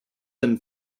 than